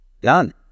Done